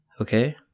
Okay